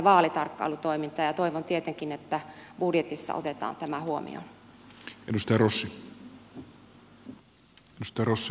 toivon tietenkin että budjetissa otetaan tämä huomioon